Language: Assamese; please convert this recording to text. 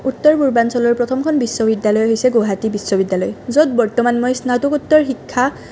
উত্তৰ পূৰ্বাঞ্চলৰ প্ৰথমখন বিশ্ববিদ্যালয় হৈছে গুৱাহাটী বিশ্ববিদ্যালয় য'ত বৰ্তমান মই স্নাতকোত্তৰ শিক্ষা